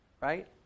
right